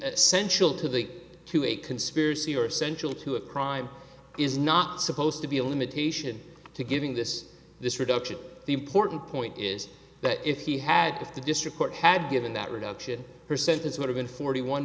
being sensual to the to a conspiracy or essential to a crime is not supposed to be a limitation to giving this this reduction the important point is that if he had if the district court had given that reduction her sentence would have been forty one